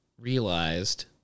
realized